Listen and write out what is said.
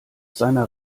seiner